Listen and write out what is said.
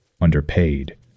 underpaid